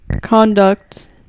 conduct